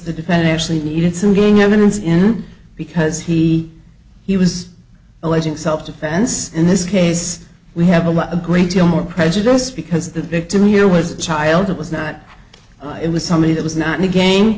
the depend actually needed something evidence in because he he was alleging self defense in this case we have a what a great deal more prejudice because the victim here was a child it was not it was somebody that was not in the game